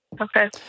Okay